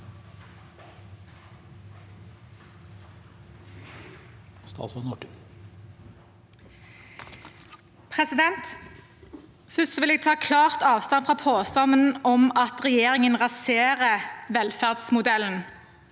Først vil jeg ta klart avstand fra påstanden om at regjeringen raserer velferdsmodellen.